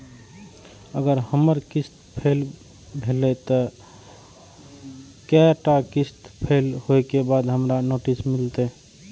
अगर हमर किस्त फैल भेलय त कै टा किस्त फैल होय के बाद हमरा नोटिस मिलते?